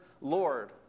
Lord